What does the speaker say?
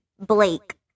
Blake